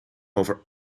over